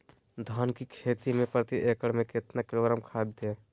धान की खेती में प्रति एकड़ में कितना किलोग्राम खाद दे?